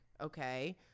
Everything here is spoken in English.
okay